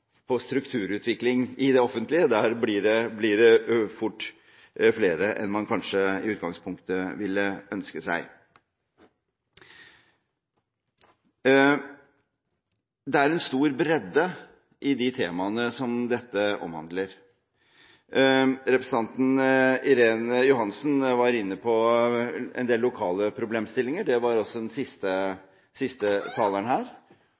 på strukturutvikling i det offentlige. Der blir det fort flere strukturer enn man kanskje i utgangspunktet ville ønske seg. Det er en stor bredde i de temaene som dette omhandler. Representanten Irene Johansen var inne på en del lokale problemstillinger. Det var også den siste taleren her,